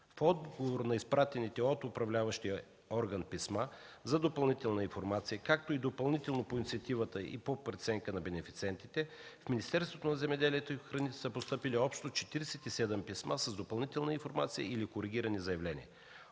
В отговор на изпратените от управляващия орган писма за допълнителна информация, както и допълнително по инициативата и по преценка на бенефициентите в Министерството на земеделието и храните са постъпили общо 47 писма с допълнителна информация или коригирани заявления.